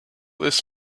this